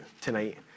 tonight